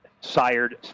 sired